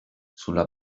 sulla